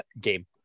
game